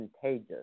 contagious